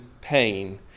pain